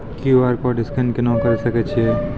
QR code scan केना करै सकय छियै?